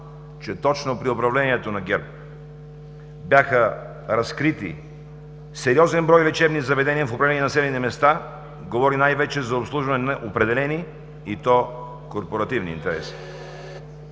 че точно при управлението на ГЕРБ бяха разкрити сериозен брой лечебни заведения в определени населени места, говори най-вече за обслужване на определени, и то корпоративни интереси.